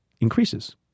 increases